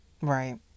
Right